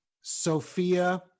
Sophia